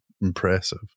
impressive